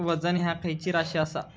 वजन ह्या खैची राशी असा?